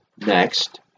next